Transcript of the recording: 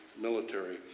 military